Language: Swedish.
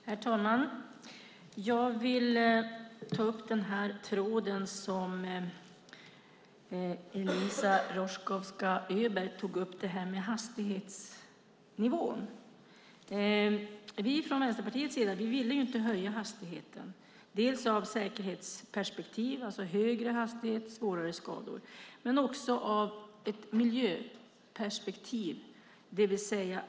Herr talman! Jag vill ta upp tråden om hastighetsnivån. Vi i Vänsterpartiet ville inte höja hastigheten, dels av säkerhetsskäl - högre hastighet ger svårare skador - dels av miljöskäl.